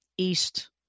east